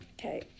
Okay